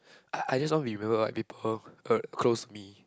I I just want to be with people like people uh close to me